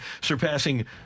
surpassing